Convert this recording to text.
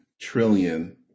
trillion